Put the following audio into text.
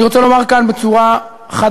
אני רוצה לומר כאן בצורה חד-משמעית,